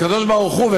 הקדוש-ברוך-הוא,